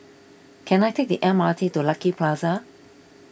can I take the M R T to Lucky Plaza